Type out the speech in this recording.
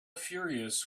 furious